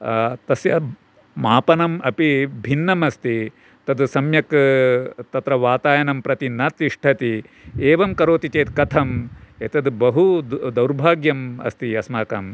तस्य मापनम् अपि भिन्नमस्ति तत् सम्यक् तत्र वातायनं प्रति न तिष्ठति एवं करोति चेत् कथम् एतत् बहु दौर्भाग्यम् अस्ति अस्माकं